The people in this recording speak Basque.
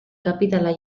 kapitala